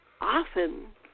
often